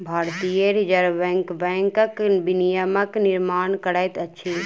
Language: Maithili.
भारतीय रिज़र्व बैंक बैंकक विनियमक निर्माण करैत अछि